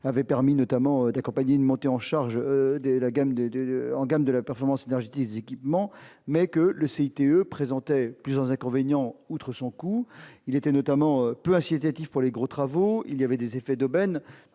avait permis, notamment, des compagnies de montée en charge des la gamme des 2 organes de la performance d'âge des équipements, mais que le CICE présentait plusieurs inconvénients, outre son coût, il était notamment peut ainsi, pour les gros travaux, il y avait des effets d'aubaine